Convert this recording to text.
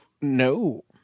No